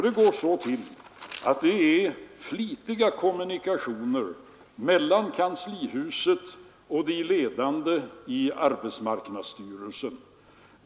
Det går så till att det finns täta kommunikationer mellan kanslihuset och de ledande i arbetsmarknadsstyrelsen.